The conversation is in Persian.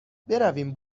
برویم